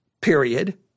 period